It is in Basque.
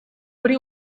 hori